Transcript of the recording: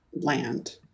land